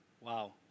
Wow